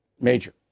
Major